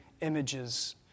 images